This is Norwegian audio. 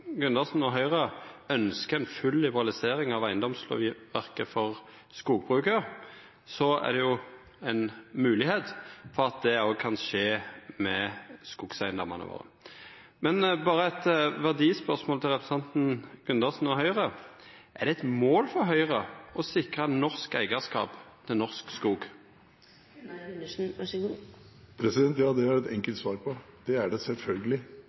Gundersen og Høgre ønskjer ei full liberalisering av eigedomslovverket for skogbruket, er det ei moglegheit for at det òg kan skje med skogeigedomane våre. Men berre eit verdispørsmål til representanten Gundersen og Høgre: Er det eit mål for Høgre å sikra norsk eigarskap til norsk skog? Ja, det er det et enkelt svar på: Det er det